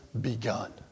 begun